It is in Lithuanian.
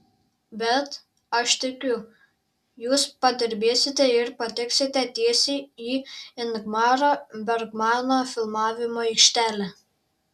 bet aš tikiu jūs padirbėsite ir pateksite tiesiai į ingmaro bergmano filmavimo aikštelę